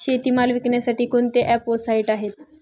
शेतीमाल विकण्यासाठी कोणते ॲप व साईट आहेत?